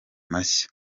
mashya